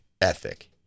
ethic